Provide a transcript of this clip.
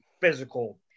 physical